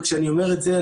וכשאני אומר את זה,